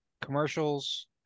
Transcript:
commercials